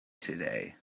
today